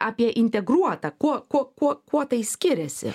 apie integruotą kuo kuo kuo kuo tai skiriasi